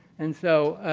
and so,